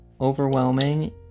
Overwhelming